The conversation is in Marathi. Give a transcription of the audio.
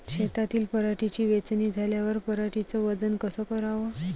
शेतातील पराटीची वेचनी झाल्यावर पराटीचं वजन कस कराव?